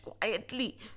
quietly